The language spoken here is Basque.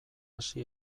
hasi